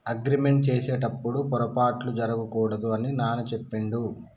agreement చేసేటప్పుడు పొరపాట్లు జరగకూడదు అని నాన్న చెప్పిండు